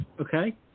okay